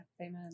Amen